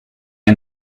are